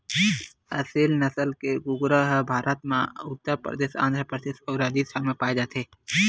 असेल नसल के कुकरा ह भारत म उत्तर परदेस, आंध्र परदेस अउ राजिस्थान म पाए जाथे